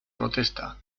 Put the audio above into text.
protesta